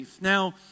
Now